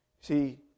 See